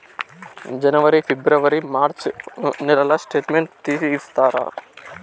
జనవరి, ఫిబ్రవరి, మార్చ్ నెలల స్టేట్మెంట్ తీసి ఇస్తారా?